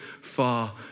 far